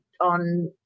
on